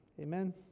Amen